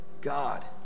God